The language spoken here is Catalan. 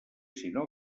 sinó